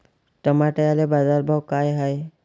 टमाट्याले बाजारभाव काय हाय?